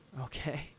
Okay